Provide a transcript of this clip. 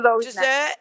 dessert